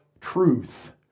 truth